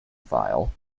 file